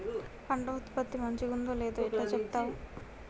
పంట ఉత్పత్తి మంచిగుందో లేదో ఎట్లా చెప్తవ్?